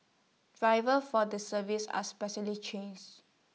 drivers for the service are specially chains